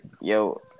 Yo